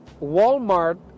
Walmart